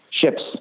ships